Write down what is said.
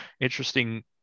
interesting